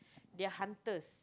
they're hunters